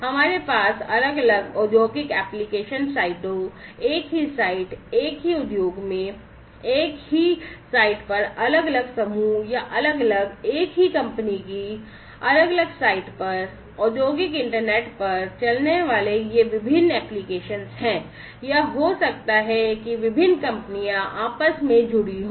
हमारे पास अलग अलग औद्योगिक एप्लिकेशन साइटों एक ही साइट एक ही उद्योग में एक ही साइट पर अलग अलग समूह या अलग अलग एक ही कंपनी की अलग अलग साइट पर औद्योगिक इंटरनेट पर चलने वाले ये विभिन्न अनुप्रयोग हैं या यह हो सकता है कि विभिन्न कंपनियां आपस में जुड़ी हों